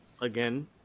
again